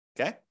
okay